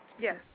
Yes